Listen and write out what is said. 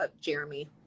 Jeremy